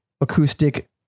acoustic